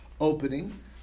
opening